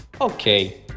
Okay